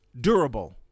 durable